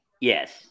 Yes